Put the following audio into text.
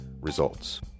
Results